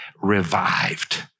revived